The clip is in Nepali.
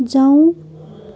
जाउँ